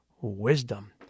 wisdom